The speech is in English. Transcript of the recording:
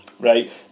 Right